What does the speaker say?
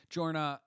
Jorna